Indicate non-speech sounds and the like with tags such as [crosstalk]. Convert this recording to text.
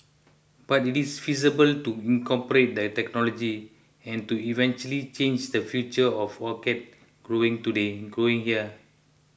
but it is feasible to incorporate the technology and to eventually change the future of orchid growing [unintelligible] growing here